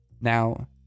Now